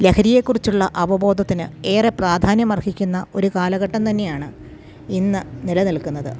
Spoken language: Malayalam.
ലഹരിയെക്കുറിച്ചുള്ള അവബോധത്തിന് ഏറെ പ്രാധാന്യമർഹിക്കുന്ന ഒരു കാലഘട്ടം തന്നെയാണ് ഇന്ന് നിലനിൽക്കുന്നത്